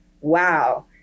wow